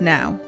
Now